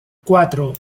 cuatro